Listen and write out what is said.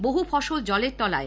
বহু ফসল জলের তলায়